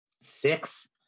six